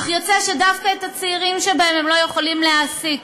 אך יוצא שדווקא את הצעירים שבהם הם לא יכולים להעסיק.